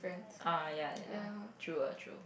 ah ya ya true ah true